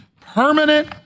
permanent